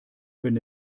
wenn